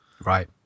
Right